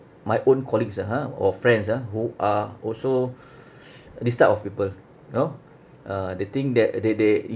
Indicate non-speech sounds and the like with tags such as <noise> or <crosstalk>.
my own colleagues ah ha or friends ah who are also <noise> this type of people you know uh the thing that they they